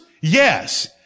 Yes